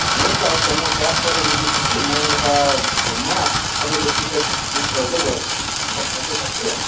हुन्छ हुन्छ म क्याब पठाइदिँदैछु कि म यता घुममा तपाईँको टिकट बुक गर्दै गर्छु कन्फर्म गर्दै गर्छु